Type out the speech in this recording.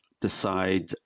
decide